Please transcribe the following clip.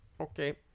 Okay